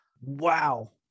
Wow